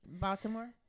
Baltimore